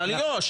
זה על איו"ש.